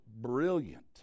brilliant